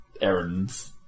errands